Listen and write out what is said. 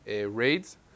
raids